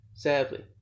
Sadly